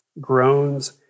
groans